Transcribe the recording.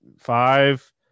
five